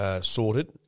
sorted